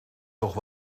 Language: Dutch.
toch